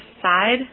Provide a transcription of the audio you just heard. side